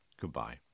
goodbye